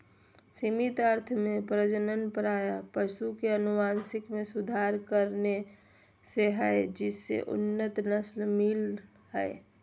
सीमित अर्थ में प्रजनन प्रायः पशु के अनुवांशिक मे सुधार करने से हई जिससे उन्नत नस्ल मिल हई